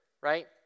Right